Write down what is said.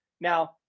Now